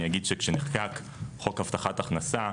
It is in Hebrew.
אני אגיד שכשנחקק חוק הבטחת הכנסה,